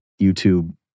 YouTube